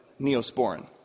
Neosporin